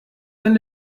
eine